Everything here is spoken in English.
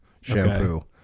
Shampoo